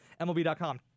MLB.com